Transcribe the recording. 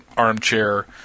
armchair